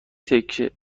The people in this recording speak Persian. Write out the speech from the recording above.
تکه